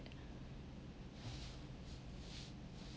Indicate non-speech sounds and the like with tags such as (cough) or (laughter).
(breath)